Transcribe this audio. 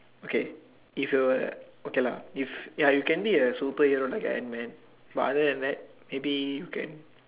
okay if you were okay lah if ya you can be a superhero like Antman but other than that maybe you can